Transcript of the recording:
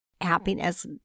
happiness